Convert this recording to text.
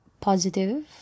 positive